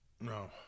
No